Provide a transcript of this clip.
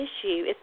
issue